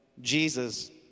Jesus